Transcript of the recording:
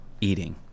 eating